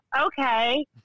okay